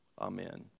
Amen